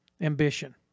ambition